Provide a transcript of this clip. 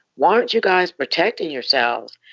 why aren't you guys protecting yourselves?